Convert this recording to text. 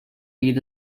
read